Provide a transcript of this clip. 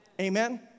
Amen